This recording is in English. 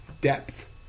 depth